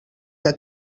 que